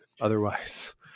otherwise